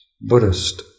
Buddhist